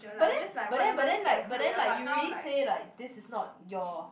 but then but then but then like but then like like you already say like this is not your